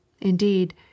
indeed